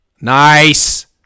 Nice